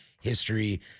history